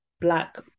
Black